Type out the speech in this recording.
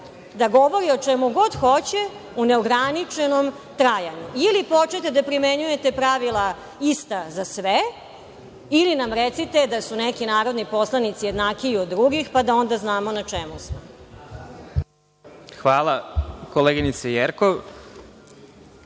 da govori o čemu god hoće u neograničenom trajanju. Ili počnite da primenjujte pravila ista za sve, ili nam recite da su neki narodni poslanici jednakiji od drugih pa da onda znamo na čemu smo. **Vladimir